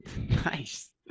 nice